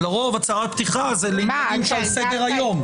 לרוב הצהרת פתיחה זה לעניינים שעל סדר היום,